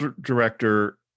director